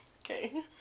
Okay